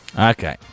Okay